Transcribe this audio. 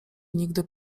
nigdy